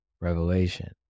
Revelation